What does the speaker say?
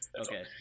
Okay